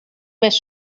més